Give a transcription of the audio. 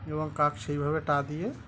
এবং কাক সেইভাবে তা দিয়ে